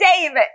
David